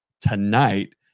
tonight